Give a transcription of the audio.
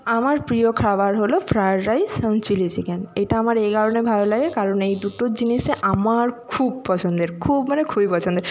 আমার প্রিয় খাবার হলো ফ্রায়েড রাইস এবং চিলি চিকেন এটা আমার এই কারণে ভালো লাগে কারণ এই দুটো জিনিসে আমার খুব পছন্দের খুব মানে খুবই পছন্দের